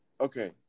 Okay